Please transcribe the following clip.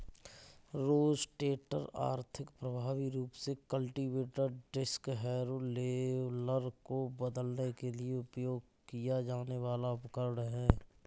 rotator आर्थिक, प्रभावी रूप से कल्टीवेटर, डिस्क हैरो, लेवलर को बदलने के लिए उपयोग किया जाने वाला उपकरण है